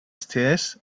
stairs